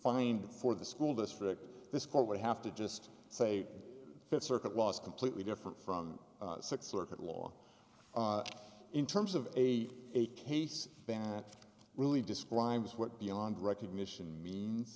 find for the school district this court would have to just say th circuit was completely different from circuit law in terms of a a case that really describes what beyond recognition means